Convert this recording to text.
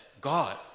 God